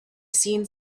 seen